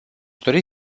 dori